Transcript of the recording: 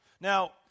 Now